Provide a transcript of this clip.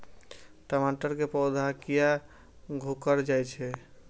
टमाटर के पौधा किया घुकर जायछे?